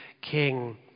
king